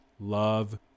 Love